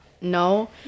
no